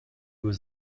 was